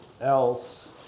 else